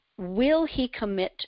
willhecommit